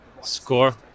score